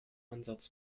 ansatz